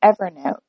Evernote